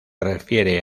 refiere